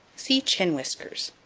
see chin whiskers.